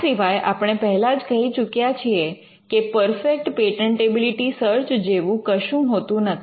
આ સિવાય આપણે પહેલા જ કહી ચુક્યા છીએ કે પરફેક્ટ પેટન્ટેબિલિટી સર્ચ જેવું કશું હોતું નથી